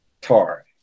tar